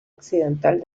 occidental